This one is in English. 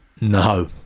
No